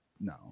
no